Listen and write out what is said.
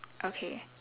okay